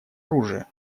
оружия